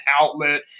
outlet